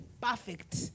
perfect